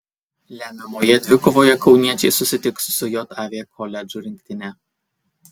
lemiamoje dvikovoje kauniečiai susitiks su jav koledžų rinktine